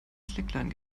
slackline